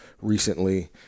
recently